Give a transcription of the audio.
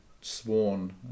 sworn